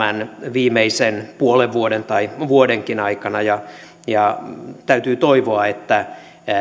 viimeisen puolen vuoden tai vuodenkin aikana ja ja täytyy toivoa että